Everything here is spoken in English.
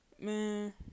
Man